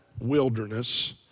wilderness